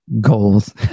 goals